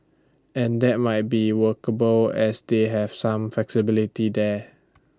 and that might be workable as they have some flexibility there